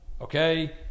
okay